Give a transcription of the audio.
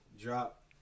drop